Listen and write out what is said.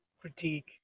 critique